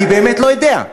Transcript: אני באמת לא יודע.